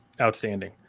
Outstanding